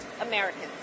Americans